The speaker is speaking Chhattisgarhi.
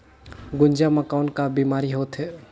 गुनजा मा कौन का बीमारी होथे?